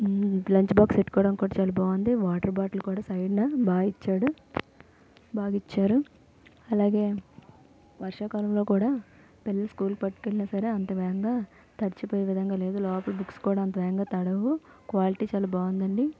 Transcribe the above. lunch box పెట్టుకోవడానికి చాలా బాగుంది వాటర్ బాటిల్ కూడా సైడ్న బాగా ఇచ్చాడు బాగా ఇచ్చారు అలాగే వర్షాకాలంలో కూడా పిల్లలు స్కూల్కి పట్టుకు వెళ్ళినా సరే అంత వేగంగా తడిచిపోయే విధంగా లేదు లోపల బుక్స్ కూడా అంత వేగంగా తడవవు క్వాలిటీ చాలా బాగుంది అండి